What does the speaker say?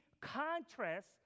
contrast